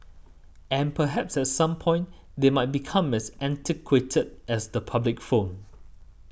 and perhaps at some point they might become as antiquated as the public phone